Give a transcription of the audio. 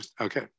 Okay